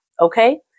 Okay